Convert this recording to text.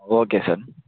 okay sir